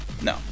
no